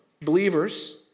Believers